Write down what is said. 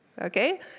Okay